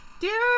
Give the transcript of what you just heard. Dear